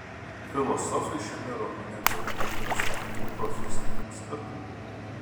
filosofai šiame romane galbūt ras naujų profesinių paskatų